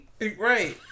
Right